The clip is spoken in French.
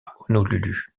honolulu